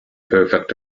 perfect